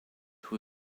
who